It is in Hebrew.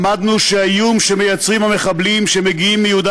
למדנו שהאיום שמייצרים המחבלים שמגיעים מיהודה,